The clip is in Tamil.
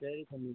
சரி தம்பி